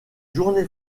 journée